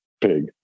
pig